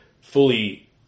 fully